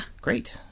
great